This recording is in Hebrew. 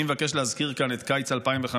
אני מבקש להזכיר פה את קיץ 2005,